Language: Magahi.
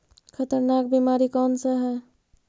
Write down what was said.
खतरनाक बीमारी कौन सा है?